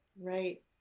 Right